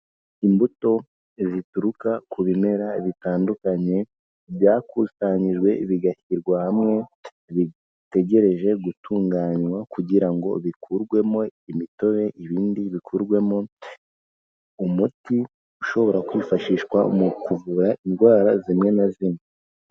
Imbuto zituruka ku bimera bitandukanye byakusanyijwe bigashyirwa hamwe. Bitegereje gutunganywa kugira ngo bikurwemo imitobe ibindi bikurwemo umuti, ushobora kwifashishwa mu kuvura indwara zimwe na zimwe.